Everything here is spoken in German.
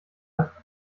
hat